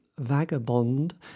Vagabond